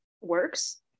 works